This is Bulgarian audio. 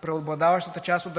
преобладаващата част от